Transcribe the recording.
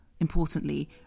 importantly